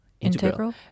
Integral